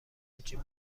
موچین